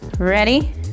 Ready